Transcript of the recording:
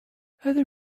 other